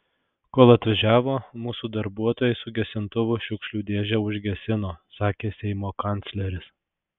kol atvažiavo mūsų darbuotojai su gesintuvu šiukšlių dėžę užgesino sakė seimo kancleris